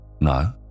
No